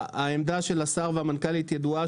העמדה של השר והמנכ"לית ידועה,